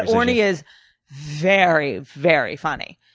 orny is very, very funny,